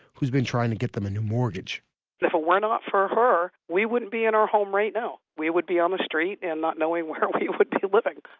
who's been trying to get them a new mortgage if it were not for her, we wouldn't be in our home right now. we would be on the street and not knowing where we would be living,